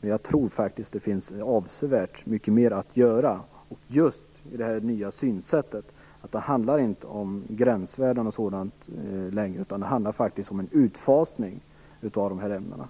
Men jag tror faktiskt att det finns avsevärt mycket mer att göra just när det gäller det nya synsättet. Det handlar inte längre om gränsvärden o.d., utan det handlar faktiskt om en utfasning av ämnena